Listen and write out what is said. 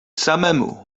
samemu